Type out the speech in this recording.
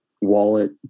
wallet